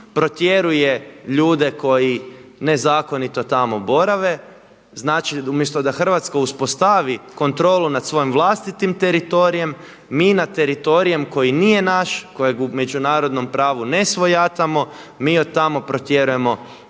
protjeruje ljude koji nezakonito tamo borave, znači umjesto da Hrvatska uspostavi kontrolu nad svojim vlastitim teritorijem koji nije naš, koji u međunarodnom pravu ne svojatamo mi od tamo protjerujemo